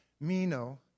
meno